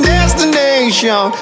Destination